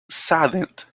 saddened